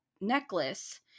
necklace